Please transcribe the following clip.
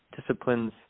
disciplines